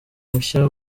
mushya